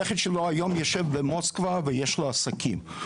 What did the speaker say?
הנכד שלו היום יושב במוסקבה ויש לו עסקים.